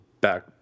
back